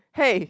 hey